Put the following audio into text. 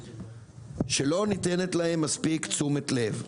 שלא ניתנת להם מספיק תשומת לב.